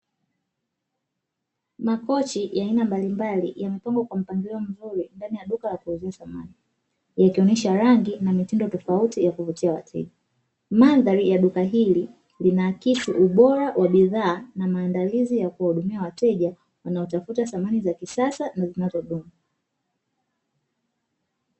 Makochi ya aina mbalimbali yamepangwa kwa mpangilio mzuri ndani ya duka la kuuzia samani, likionyesha rangi na mitindo tofauti ya kuvutia wateja. Mandhari ya duka hili linaakisi ubora wa bidhaa na maandalizi ya kuwahudumia wateja wanaotafuta samani za kisasa na zinazodumu.